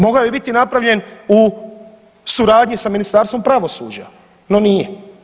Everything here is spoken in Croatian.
Mogao je biti napravljen u suradnji sa Ministarstvom pravosuđa, no nije.